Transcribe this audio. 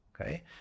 okay